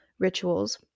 rituals